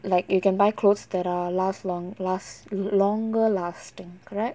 like you can buy clothes that are last long last longer lasting correct